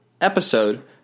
episode